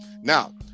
now